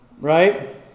Right